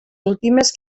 últimes